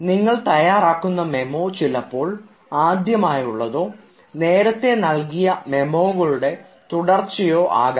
നിങ്ങൾ തയ്യാറാക്കുന്ന മെമ്മോ ചിലപ്പോൾ ആദ്യമായുള്ളതോ നേരത്തെ നൽകിയ മെമ്മോകളുടെ തുടർച്ചയോ ആകാം